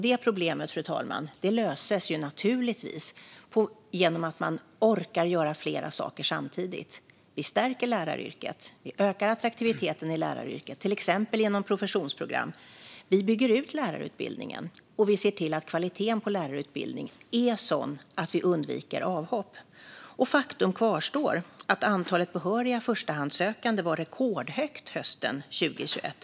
Det problemet löses genom att man orkar göra flera saker samtidigt. Vi stärker läraryrket. Vi ökar attraktiviteten i läraryrket, till exempel genom professionsprogram. Vi bygger ut lärarutbildningen. Och vi ser till att kvaliteten på lärarutbildningen är sådan att vi undviker avhopp. Faktum kvarstår; antalet behöriga förstahandssökande var rekordhögt hösten 2021.